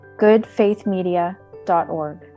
goodfaithmedia.org